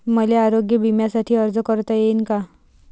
मले आरोग्य बिम्यासाठी अर्ज करता येईन का?